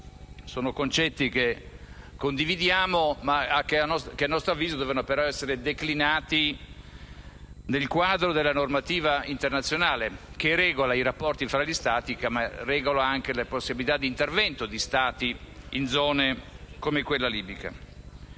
Sono concetti che condividiamo, ma che, a nostro avviso, devono essere declinati nel quadro della normativa internazionale che regola i rapporti fra gli Stati e le possibilità di intervento degli Stati in zone come quella libica.